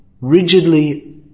rigidly